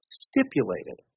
stipulated